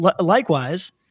likewise